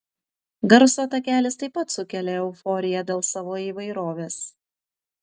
garso takelis taip pat sukelia euforiją dėl savo įvairovės